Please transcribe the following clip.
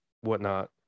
whatnot